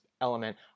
element